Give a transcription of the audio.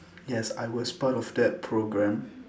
yes I was part of that program